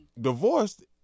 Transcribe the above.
divorced